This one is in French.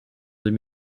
deux